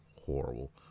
horrible